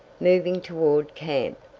moving toward camp.